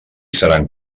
seran